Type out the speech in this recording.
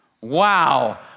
wow